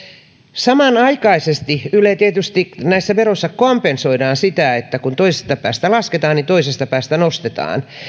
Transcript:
samanaikaisesti näissä veroissa tietysti kompensoidaan kun toisesta päästä lasketaan niin toisesta päästä nostetaan